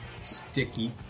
sticky